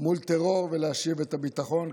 מול טרור ולהשיב את הביטחון.